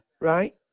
right